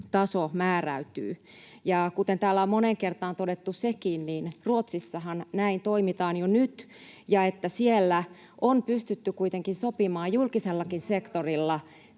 määräytyy. Ja kuten täällä on moneen kertaan todettu sekin, niin Ruotsissahan näin toimitaan jo nyt ja siellä on pystytty kuitenkin sopimaan julkisellakin sektorilla